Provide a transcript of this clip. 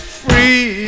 free